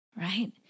right